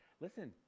Listen